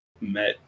met